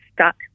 stuck